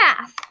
math